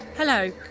Hello